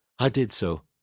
i did so